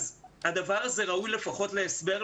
הדבר הזה ראוי לפחות להסבר,